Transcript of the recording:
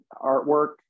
artwork